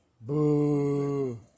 Boo